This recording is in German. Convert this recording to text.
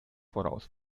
voraus